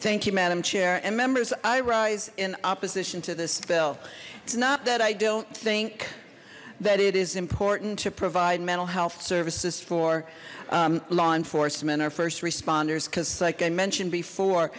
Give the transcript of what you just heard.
thank you madam chair and members i rise in opposition to this bill it's not that i don't think that it is important to provide mental health services for law enforcement our first responders because like i mentioned before